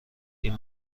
این